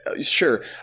sure